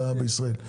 בישראל.